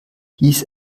hieß